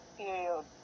period